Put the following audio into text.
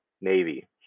Navy